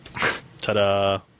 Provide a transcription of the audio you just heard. ta-da